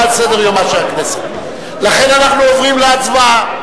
לכן, אנחנו עוברים להצבעה.